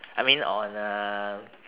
I mean on uh